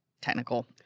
technical